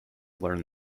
learn